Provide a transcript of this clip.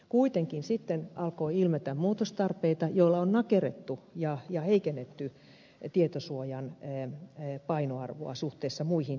kuitenkin sitten alkoi ilmetä muutostarpeita joilla on nakerrettu ja heikennetty tietosuojan painoarvoa suhteessa muihin intresseihin